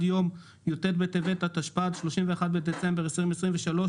יום י"ט בטבת התשפ"ד (31 בדצמבר 2023),